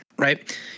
Right